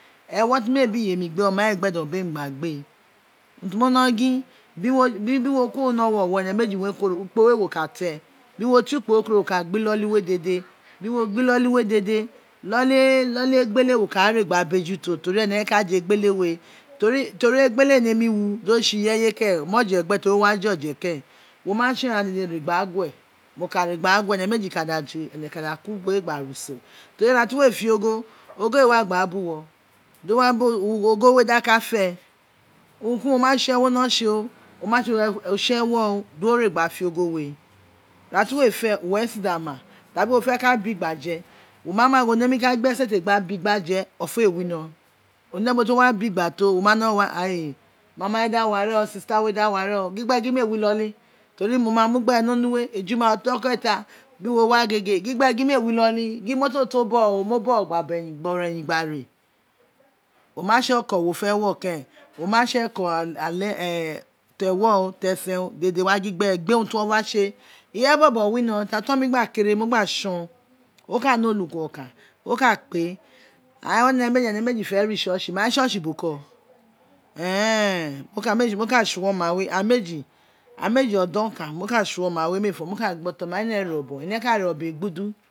Ewo ti mee bi iye mi do oma ee gbe don gin wo wa bemi gba gbe uru ti mo wino gin biko mo te kuoro ni owuro ene meji e kuro ukpo we wo ka te bin wo te ukpo we kuro wo ka gba iloli we dede bin wo gba ololi we dede iloli we dede iloli iloli egbele wo ka re gna ra beju to teri ere wun e ka je egbale we teri teri egbele ee nemi wu do tsi tsi ireye ekeen mo je gbe teri o wa je oje keren woma tse igha dede wo ka te ra gue mo ka re ra ghe ene meji kada tse ene ku lin ubowe gbe da re usen teri ira ti we fe ogha ogho eew wa gna ra ba uwo dowa bo uwo gho we da ka fe uran ki uran mi tse wo no tse o o ma utse ewo di wo re gna ra fe ogho we ra tiwe fe uwo e si gba je wo ma ma gin wo nemi ka gbe esete gba bi gba bi gba fe ofo ei wino of o ne ubo ti wo wa bi gba to wo ma wino wa ain e mama we da wa reb sister we da wa ren o gin gbe gin mee wi iloli teri mo ma mugbere ni onu we ejuma ojoketa di wo yege gin gbe gin mee wi loli gin imoto to bogho gin owuun mo bogho gna gbeyin gna re o ma tse oko o fe wo keren o ma tse oko ale tewo o tesen o dede wa gin gbere gbe urun ti wo wa tse ireye bobo wino ti oton mi gna kere mo ka tson o ka ne olukun oku o ka kpe ain ene mefi fe re church ma church boko moka tson oma we aghan meji aghan meji odon oka mo ka tson oma we ruee fo moka gin gbe oton mi dene re oben ene ka re obon egbudu